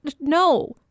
No